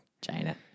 China